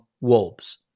Wolves